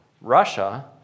Russia